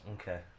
Okay